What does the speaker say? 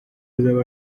azaba